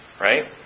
Right